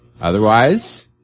Otherwise